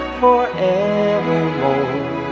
forevermore